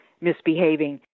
misbehaving